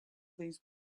these